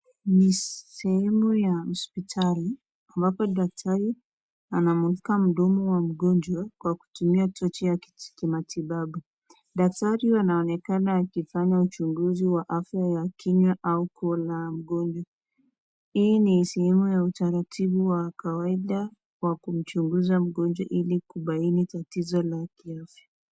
Ni sehemu ya hospitali ambapo daktari anamulika mdomo wa mgonjwa kwa kutumia tochi ya kimatibabu. Daktari anaonekana akifanya uchunguzi wa afya ya kinywa au koo la mgonjwa. Hii ni sehemu ya utaratibu wa kawaida kwa kumchunguza mgonjwa ili kubaini tatizo la kiafya.